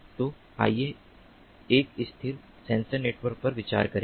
तो आइए एक स्थिर सेंसर नेटवर्क पर विचार करें